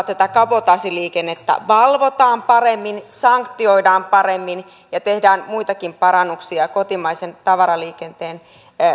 tätä kabotaasiliikennettä valvotaan paremmin sanktioidaan paremmin ja tehdään muitakin parannuksia kotimaisen tavaraliikenteen